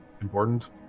important